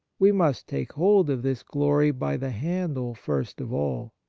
we must take hold of this glory by the handle first of all.